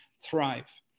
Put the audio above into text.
thrive